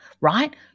right